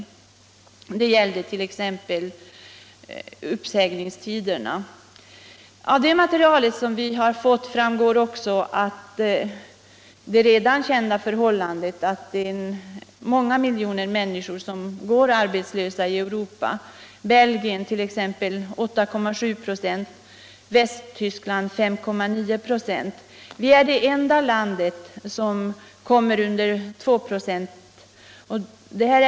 Det gällde t.ex. uppsägningstiderna. Av det material som vi fått framgår också det redan kända förhållandet att många miljoner människor går arbetslösa i Europa, t.ex. i Belgien 8,7 26 och i Västtyskland 5,9 96. Sverige är det enda land som kommer under 2 96.